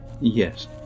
Yes